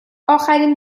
اخرین